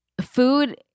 Food